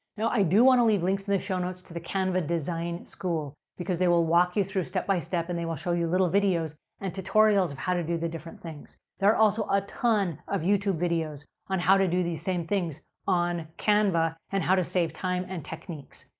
now, i do want to leave links in the show notes to the canva design school, because they will walk you through step-by-step and they will show you little videos and tutorials of how to do the different things. there are also a ton of youtube videos on how to do these same things on canva and how to save time and techniques.